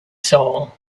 soul